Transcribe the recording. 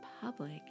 public